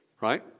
right